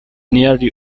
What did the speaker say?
nearly